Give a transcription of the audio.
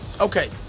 Okay